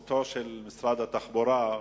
בזכות משרד התחבורה,